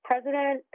President